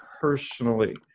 personally